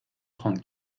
trente